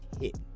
hit